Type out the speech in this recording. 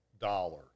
dollar